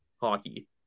hockey